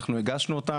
אנחנו הגשנו אותה,